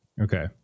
Okay